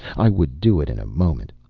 i would do it in a moment.